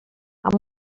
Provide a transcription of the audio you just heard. amb